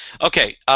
Okay